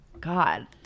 God